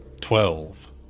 Twelve